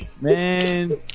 Man